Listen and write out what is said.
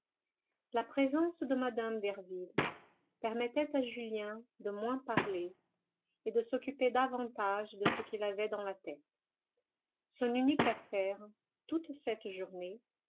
la présence de mme derville permettait à julien de moins parler et de s'occuper davantage de ce qu'il avait dans la tête son unique affaire toute cette journée